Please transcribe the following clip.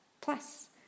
Plus